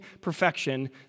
perfection